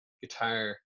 guitar